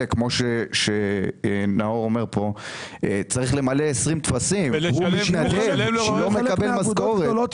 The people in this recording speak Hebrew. כמו שנאור אומר כאן 20 טפסים וזה אדם שלא מקבל משכורת